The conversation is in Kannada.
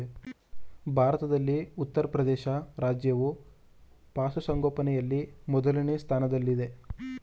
ಭಾರತದಲ್ಲಿ ಉತ್ತರಪ್ರದೇಶ ರಾಜ್ಯವು ಪಶುಸಂಗೋಪನೆಯಲ್ಲಿ ಮೊದಲನೇ ಸ್ಥಾನದಲ್ಲಿದೆ